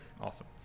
Awesome